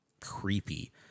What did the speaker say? creepy